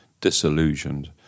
disillusioned